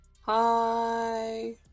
Hi